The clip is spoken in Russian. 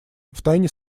втайне